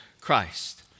Christ